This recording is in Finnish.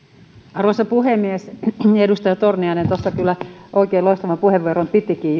arvoisa puhemies edustaja torniainen tuossa kyllä oikein loistavan puheenvuoron pitikin